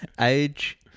Age